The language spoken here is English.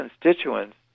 constituents